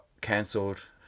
cancelled